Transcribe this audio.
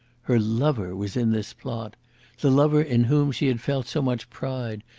her lover was in this plot the lover in whom she had felt so much pride,